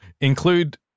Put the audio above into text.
Include